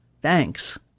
thanks